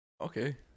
Okay